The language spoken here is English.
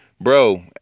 bro